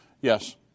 Yes